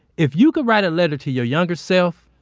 if you could write a letter to your younger self,